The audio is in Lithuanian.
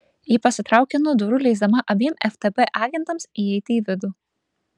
ji pasitraukė nuo durų leisdama abiem ftb agentams įeiti į vidų